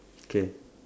K